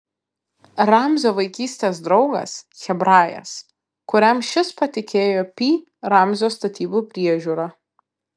ramzio vaikystės draugas hebrajas kuriam šis patikėjo pi ramzio statybų priežiūrą